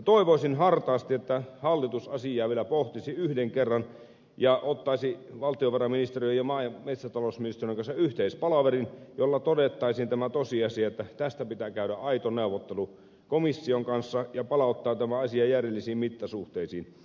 toivoisin hartaasti että hallitus asiaa pohtisi vielä yhden kerran ja ottaisi valtiovarainministeriön ja maa ja metsätalousministeriön kanssa yhteispalaverin jossa todettaisiin tämä tosiasia että tästä pitää käydä aito neuvottelu komission kanssa ja palauttaa tämä asia järjellisiin mittasuhteisiin